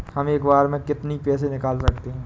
हम एक बार में कितनी पैसे निकाल सकते हैं?